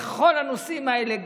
בכל הנושאים האלה,